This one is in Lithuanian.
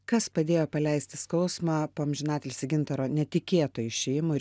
kas padėjo paleisti skausmą po amžinatilsį gintaro netikėto išėjimo ir